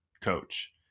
coach